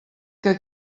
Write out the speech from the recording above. que